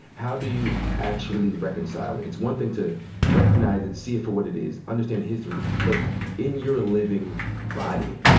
how do you actually reconcile it? it's one thing to recognize it, see it for what it is, understand the history. but in your living body,